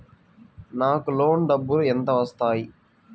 నాకు లోన్ డబ్బులు ఎంత వస్తాయి?